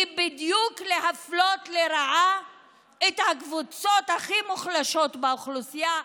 בדיוק להפלות לרעה את הקבוצות הכי מוחלשות באוכלוסייה,